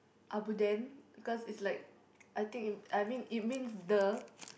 abuden cause it's like I think in I mean it means duh